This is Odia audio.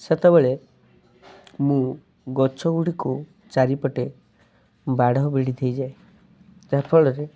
ସେତେବେଳେ ମୁଁ ଗଛ ଗୁଡ଼ିକୁ ଚାରିପଟେ ବାଡ଼ ଭିଡ଼ି ଦେଇଯାଏ ଯାହା ଫଳରେ